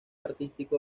artístico